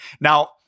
Now